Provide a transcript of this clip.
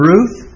Ruth